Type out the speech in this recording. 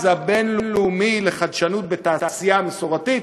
הבין-לאומי לחדשנות בתעשייה המסורתית,